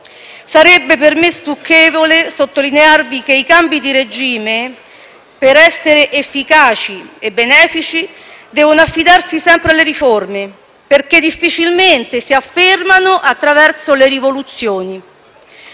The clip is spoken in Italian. Sarebbe per me stucchevole sottolinearvi che i cambi di regime, per essere efficaci e benefici, devono affidarsi sempre alle riforme, perché difficilmente si affermano attraverso le rivoluzioni.